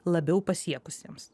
labiau pasiekusiem